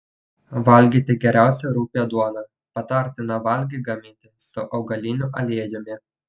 valgyti geriausia rupią duoną patartina valgį gaminti su augaliniu aliejumi